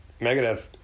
Megadeth